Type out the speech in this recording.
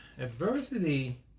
adversity